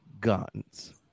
guns